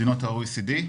מדינות ה-OECD.